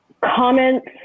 comments